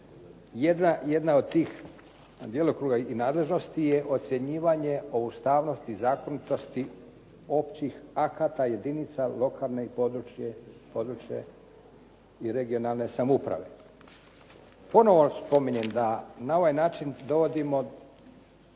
Jedna od tih djelokruga i nadležnosti je ocjenjivanje o ustavnosti i zakonitosti općih akata jedinica lokalne i područne i regionalne samouprave. Ponovo spominjem da na ovaj način dovodimo